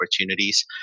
opportunities